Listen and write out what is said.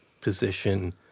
position